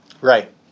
Right